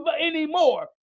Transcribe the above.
anymore